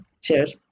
cheers